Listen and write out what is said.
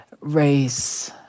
race